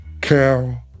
Cal